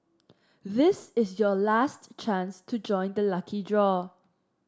this is your last chance to join the lucky draw